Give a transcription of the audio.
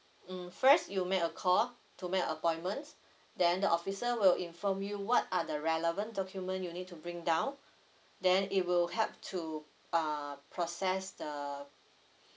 mm first you make a call to make appointments then the officer will inform you what are the relevant document you need to bring down then it will help to uh process the